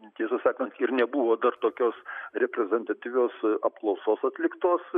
tiesą sakant ir nebuvo dar tokios reprezentatyvios apklausos atliktos